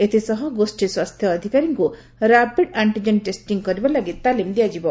ଏଥିସହ ଗୋଷୀ ସ୍ୱାସ୍ଥ୍ୟ ଅଧିକାରୀଙ୍କ ର୍ୟାପିଡ୍ ଆକ୍ଷିଜେନ୍ ଟେଷ୍ଟିଂ କରିବା ଲାଗି ତାଲିମ ଦିଆଯିବ